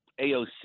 AOC